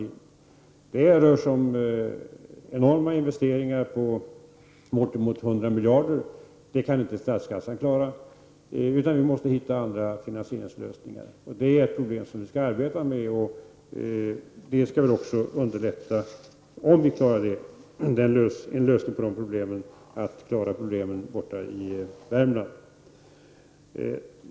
Det rör sig här om enorma investeringar, bort emot 100 miljarder kronor, och detta kan inte statskassan klara. Vi måste i stället hitta andra finansieringsformer. Detta är ett problem vi arbetar med, och om vi klarar av detta kommer det förmodligen också att underlätta en lösning av problemen borta i Värmland.